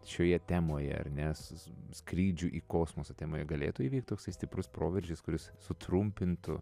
šioje temoje ar ne skrydžių į kosmosą temoje galėtų įvykti toks stiprus proveržis kuris sutrumpintų